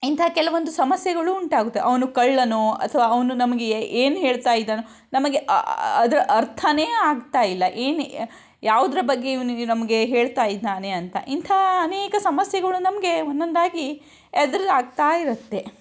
ಇಂಥ ಕೆಲವೊಂದು ಸಮಸ್ಯೆಗಳು ಉಂಟಾಗುತ್ತೆ ಅವನು ಕಳ್ಳನೊ ಅಥವಾ ಅವನು ನಮಗೆ ಏನು ಹೇಳ್ತಾಯಿದ್ದಾನೊ ನಮಗೆ ಅದರ ಅರ್ಥನೇ ಆಗ್ತಾಯಿಲ್ಲ ಏನು ಯಾವುದರ ಬಗ್ಗೆ ಇವನು ನಮಗೆ ಹೇಳ್ತಾಯಿದ್ದಾನೆ ಅಂಥ ಇಂಥ ಅನೇಕ ಸಮಸ್ಯೆಗಳು ನಮಗೆ ಒಂದೊಂದಾಗಿ ಎದುರಾಗ್ತಾಯಿರುತ್ತೆ